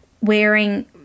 wearing